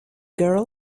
girl